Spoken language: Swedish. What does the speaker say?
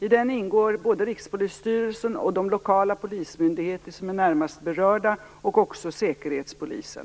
I den ingår både Rikspolisstyrelsen och de lokala polismyndigheter som är närmast berörda samt Säkerhetspolisen.